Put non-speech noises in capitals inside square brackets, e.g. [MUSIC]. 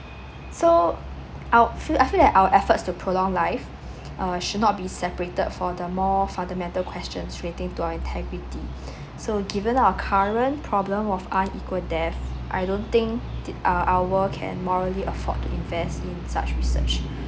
so I'll fe~ I'll feel that our efforts to prolong life [BREATH] uh should not be separated for the more fundamental questions relating to our integrity so given our current problem of unequal death I don't think de~ our our world can morally afford to invest in such research